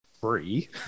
free